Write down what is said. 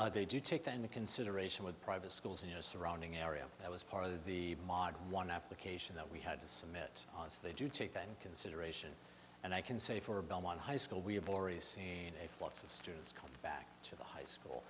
we they do take the end of consideration with private schools in a surrounding area that was part of the model one application that we had to submit on so they do take that into consideration and i can say for belmont high school we have already seen a flux of students coming back to the high school